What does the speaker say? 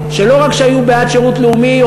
שלא רק שהיו בעד שירות לאומי,